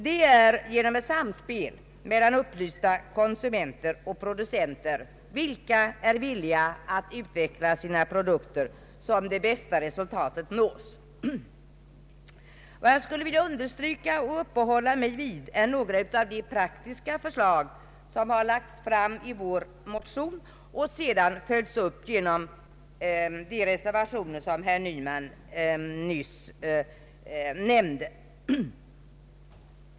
Det är genom ett samspel mellan upplysta konsumenter och producenter, vilka är villiga att utveckla sina produkter, som det bästa resultatet nås. Jag vill här sedan uppehålla mig vid några av de praktiska förslag som har lagts fram i folkpartiets motion och sedan följts upp genom de reservationer som herr Nyman nyss redogjorde för.